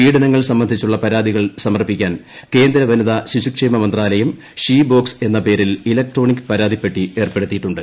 പീഢനങ്ങൾ സംബന്ധിച്ചുള്ള പ്രിർത്തികൾ സമർപ്പിക്കാൻ കേന്ദ്ര വനിതാ ശിശുക്ഷേമ മന്ത്രാല്യും ്ഷീ ബോക്സ് എന്ന പേരിൽ ഇലക്ട്രോണിക് പരാതിപ്പെട്ടി ഏർപ്പെടുത്തിയിട്ടുണ്ട്